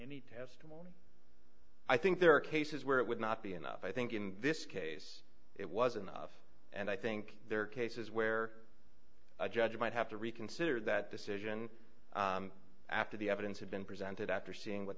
any testimony i think there are cases where it would not be enough i think in this case it was enough and i think there are cases where a judge might have to reconsider that decision after the evidence had been presented after seeing what